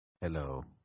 Hello